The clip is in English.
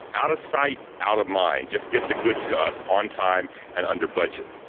out of sight, out of mind. just get the goods to us on time and under budget.